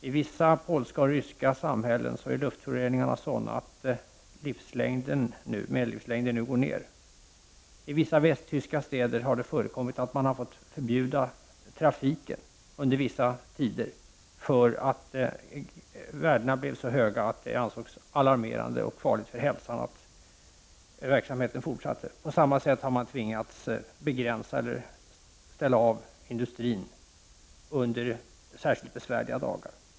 I vissa polska och ryska samhällen är luftföroreningarna sådana att medellivslängden nu går ner. I vissa västtyska städer har det förekommit att man har fått förbjuda trafiken under vissa tider därför att värdena blivit så höga att det ansetts alarmerande och farligt för hälsan att verksamheten fortsatte. På samma sätt har man tvingats begränsa eller ställa av industrin under särskilt besvärliga dagar.